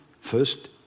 first